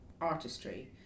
Artistry